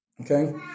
Okay